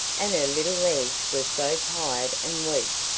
and her little legs were so tired and weak,